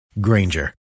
Granger